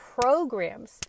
programs